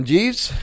Jeeves